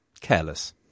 careless